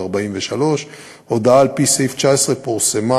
1943. הודעה על-פי סעיף 19 פורסמה